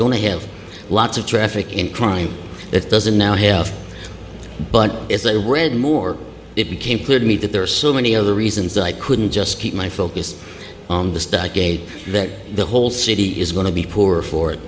going to have lots of traffic and crime that doesn't now have but if they read more it became clear to me that there are so many other reasons that i couldn't just keep my focus on the gate that the whole city is going to be poorer for i